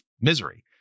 misery